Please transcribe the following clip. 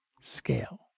scale